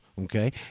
Okay